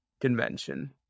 convention